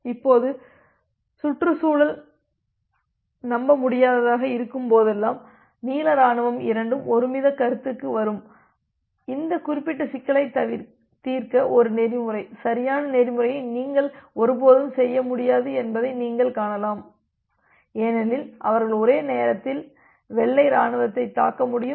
இப்போது சுற்றுச்சூழல் நம்பமுடியாததாக இருக்கும்போதெல்லாம் நீல இராணுவம் இரண்டும் ஒருமித்த கருத்துக்கு வரும் இந்த குறிப்பிட்ட சிக்கலை தீர்க்க ஒரு நெறிமுறை சரியான நெறிமுறையை நீங்கள் ஒருபோதும் செய்ய முடியாது என்பதை நீங்கள் காணலாம் ஏனெனில் அவர்கள் ஒரே நேரத்தில் வெள்ளை இராணுவத்தை தாக்க முடியும்